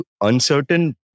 uncertain